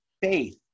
faith